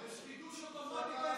יש חידוש אוטומטי בהסכם.